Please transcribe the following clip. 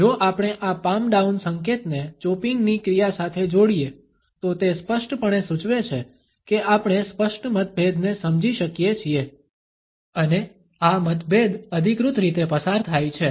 જો આપણે આ પામ ડાઉન સંકેતને ચોપીંગની ક્રિયા સાથે જોડીએ તો તે સ્પષ્ટપણે સૂચવે છે કે આપણે સ્પષ્ટ મતભેદને સમજી શકીએ છીએ અને આ મતભેદ અધિકૃત રીતે પસાર થાય છે